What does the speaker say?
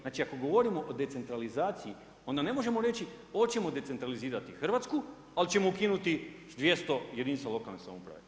Znači ako govorimo o decentralizaciji, onda ne možemo reći hoćemo decentralizirati Hrvatsku, ali ćemo ukinuti 200 jedinica lokalne samouprave.